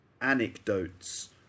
anecdotes